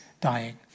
dying